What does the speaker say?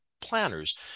planners